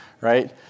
right